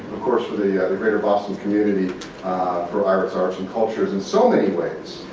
of course, for the greater boston community for arts, arts and cultures in so many ways.